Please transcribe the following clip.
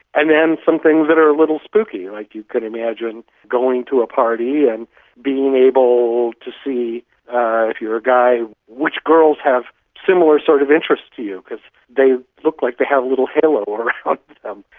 and then some things that are a little spooky, like you can imagine going to a party and being able to see if you're a guy which girls have similar sort of interests to you, because they look like they have a little halo around them.